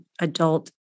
adult